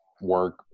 work